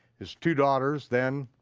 his two daughters then